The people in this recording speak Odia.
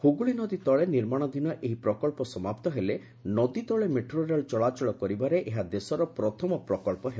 ହୁଗୁଳି ନଦୀ ତଳେ ନିର୍ମାଣାଧୀନ ଏହି ପ୍ରକଳ୍ପ ସମାପ୍ତ ହେଲେ ନଦୀ ତଳେ ମେଟ୍ରୋ ରେଳ ଚଳାଚଳ କରିବାରେ ଏହା ଦେଶର ପ୍ରଥମ ପ୍ରକଳ୍ପ ହେବ